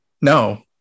No